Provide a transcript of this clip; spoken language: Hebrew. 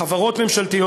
חברות ממשלתיות,